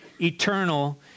eternal